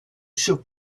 sub